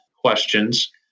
questions